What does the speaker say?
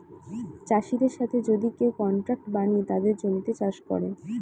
চাষিদের সাথে যদি কেউ কন্ট্রাক্ট বানিয়ে তাদের জমিতে চাষ করে